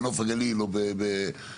בנוף הגליל או בעפולה?